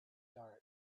dart